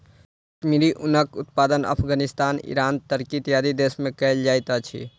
कश्मीरी ऊनक उत्पादन Afghanistan, Iran, Turkey, इत्यादि देश में कयल जाइत अछि